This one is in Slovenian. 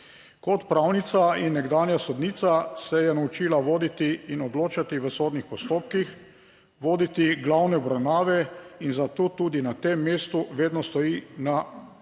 Kot pravnica in nekdanja sodnica se je naučila voditi in odločati v sodnih postopkih, voditi glavne obravnave in zato tudi na tem mestu vedno stoji na strani